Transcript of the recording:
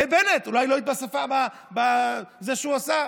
זה בנט, אולי לא היית בזה שהוא עשה?